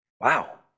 Wow